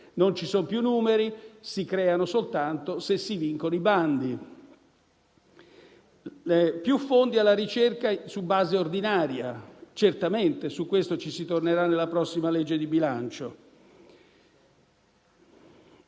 Non ci sono più numeri; si creano soltanto se si vincono i bandi. Più fondi alla ricerca su base ordinaria: certamente, e su questo si tornerà nella prossima legge di bilancio.